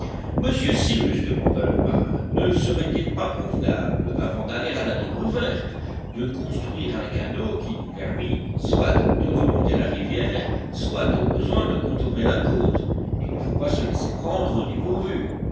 monsieur cyrus demanda le marin ne serait-il pas convenable avant d'aller à la découverte de construire un canot qui nous permît soit de remonter la rivière soit au besoin de contourner la côte il ne faut pas se laisser prendre au dépourvu